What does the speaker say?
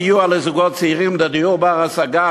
סיוע לזוגות צעירים לדיור בר-השגה,